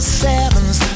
sevens